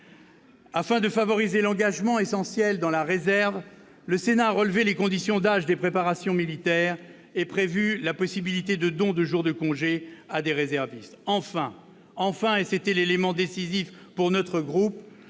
Afin de favoriser l'engagement, essentiel, dans la réserve, le Sénat a relevé les conditions d'âge des préparations militaires et prévu la possibilité de dons de jours de congés à des réservistes. Enfin, et c'était l'élément décisif pour notre groupe,